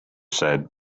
said